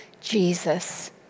Jesus